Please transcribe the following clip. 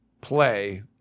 play